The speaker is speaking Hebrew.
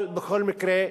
בכל מקרה,